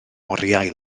oriau